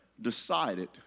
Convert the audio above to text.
decided